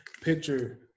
picture